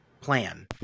plan